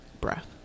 breath